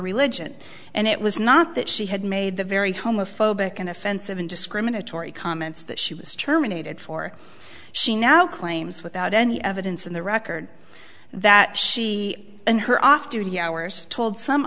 religion and it was not that she had made the very homophobic and offensive and discriminatory comments that she was terminated for she now claims without any evidence in the record that she in her off duty hours told some